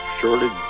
Surely